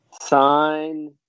Sign